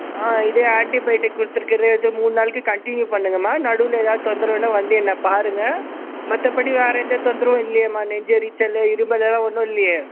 ஆ இதே antibiotic கொடுத்துருக்கறதே வந்து மூண் நாளைக்கு கன்ட்டினியூ பண்ணுங்கம்மா நடுவில் எதாவது தொந்தரவுன்னா வந்து என்ன பாருங்கள் மற்றபடி வேறு எந்த தொந்தரவும் இல்லையேம்மா நெஞ்செரிச்சல்லு இது மாதிரியெல்லாம் ஒன்றும் இல்லையே